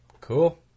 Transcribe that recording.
Cool